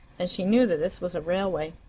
and she knew that this was a railway.